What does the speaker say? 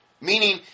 Meaning